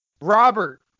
Robert